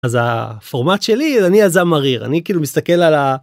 אז הפורמט שלי אני הזן מריר. אני כאילו מסתכל על ה...